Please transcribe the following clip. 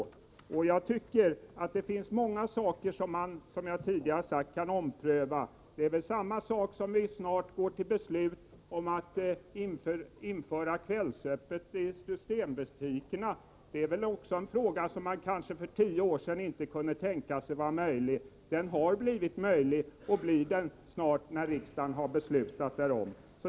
Som jag tidigare har sagt finns det mycket som kan omprövas. Riksdagen skall snart fatta beslut om att införa kvällsöppet i systembutikerna. Det är väl något som man för tio år sedan inte kunde tänka sig. Nu blir det emellertid möjligt, så snart riksdagen har fattat beslut därom.